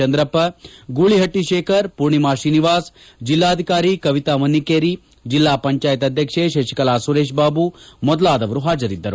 ಚಂದ್ರಪ್ಪ ಗೂಳಿಹಟ್ಟಿ ಶೇಖರ್ ಮೂರ್ಣಿಮಾ ಶ್ರೀನಿವಾಸ್ ಜಿಲ್ಲಾಧಿಕಾರಿ ಕವಿತಾ ಮನ್ನಿಕೇರಿ ಜಿಲ್ಲಾ ಪಂಚಾಯತ್ ಅಧ್ಯಕ್ಷೆ ಶಶಿಕಲಾ ಸುರೇಶ್ ಬಾಬು ಮೊದಲಾದವರು ಹಾಜರಿದ್ದರು